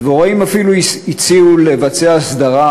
הדבוראים אפילו הציעו לבצע הסדרה,